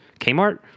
Kmart